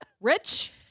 Rich